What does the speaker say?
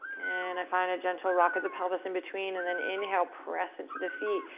and i find a gentle rock of the pelvis in between and then inhale, press into the feet.